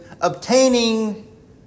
obtaining